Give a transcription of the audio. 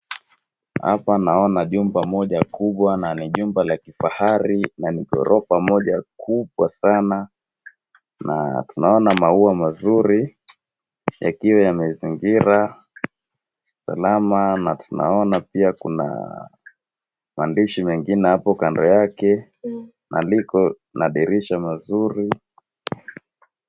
Hapa naona jumba moja kubwa na ni jumba la kifahari, na ni ghorofa moja kubwa sana. Na tunaona maua mazuri yakiwa yamezingira salama, na tunaona pia kuna maandishi mengine hapo kando yake, na liko na madirisha mazuri.